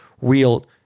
real